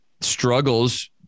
struggles